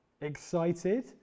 Excited